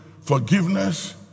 Forgiveness